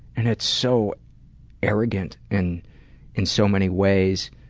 and it's so arrogant in in so many ways.